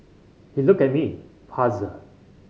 he looked at me puzzled